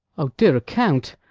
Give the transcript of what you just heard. o dear account!